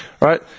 right